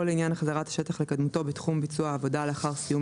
לעניין החזרת השטח לקדמותו בתחום ביצוע העבודה לאחר סיום